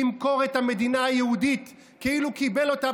למכור את המדינה היהודית כאילו קיבל אותה